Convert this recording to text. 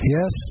Yes